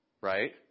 right